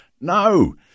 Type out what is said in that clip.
No